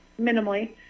minimally